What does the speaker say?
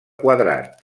quadrat